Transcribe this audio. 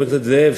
חבר הכנסת זאב,